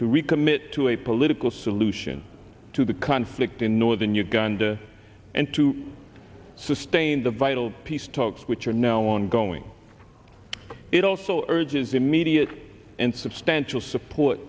to recommit to a political solution to the conflict in northern uganda and to sustain the vital peace talks which are now ongoing it also urges immediate and substantial support